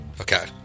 Okay